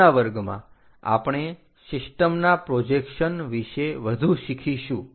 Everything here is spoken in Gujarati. આગળના વર્ગમાં આપણે સિસ્ટમના પ્રોજેક્શન વિશે વધુ શીખીશું